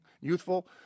youthful